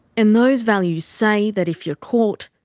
and those values say that if you're caught,